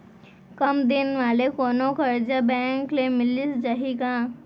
कम दिन वाले कोनो करजा बैंक ले मिलिस जाही का?